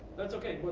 that's ok.